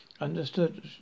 Understood